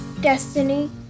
Destiny